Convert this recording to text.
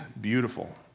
beautiful